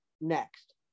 next